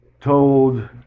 told